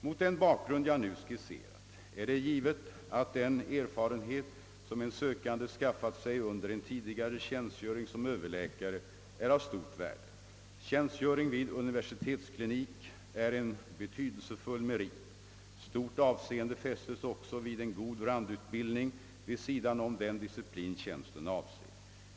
Mot den bakgrund jag nu skisserat är det givet att den erfarenhet som en sökande skaffat sig under en tidigare tjänstgöring som överläkare är av stort värde. Tjänstgöring vid universitetsklinik är en betydelsefull merit. Stort avseende fästes också vid en god randutbildning vid sidan om den disciplin tjänsten avser.